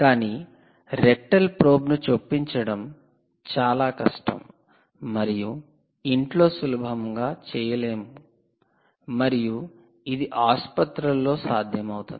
కానీ 'rectal probe' 'rectal probe' ను చొప్పించడం చాలా కష్టం మరియు ఇంట్లో సులభంగా చేయలేము మరియు ఇది ఆసుపత్రులలో సాధ్యమవుతుంది